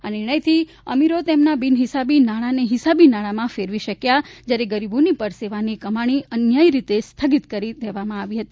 આ નિર્ણયથી અમીરો તેમના બિનહિસાબી નાણાંને હિસાબી નાણાંમાં ફેરવી શક્યા જ્યારે ગરીબોની પરસેવાની કમાણી અન્યાયી રીતે સ્થગિત કરી દેવામાં આવી હતી